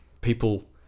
People